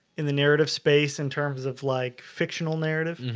in the narrative space in terms of like fictional narrative,